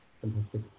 Fantastic